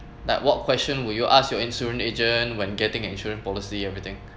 like what question would you ask your insurance agent when getting an insurance policy everything